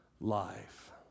life